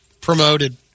Promoted